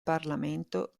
parlamento